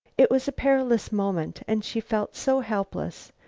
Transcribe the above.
it was a perilous moment, and she felt so helpless.